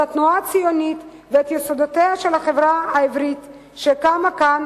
את התנועה הציונית ואת יסודותיה של החברה העברית שקמה כאן